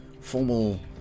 formal